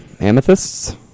Amethysts